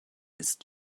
ist